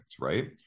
right